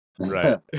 right